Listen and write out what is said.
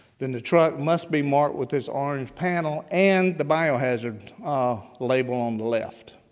then the truck must be marked with this orange panel and the biohazard ah label on the left.